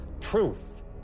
truth